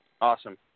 Awesome